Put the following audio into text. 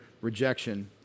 rejection